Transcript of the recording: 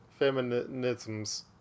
Feminisms